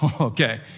Okay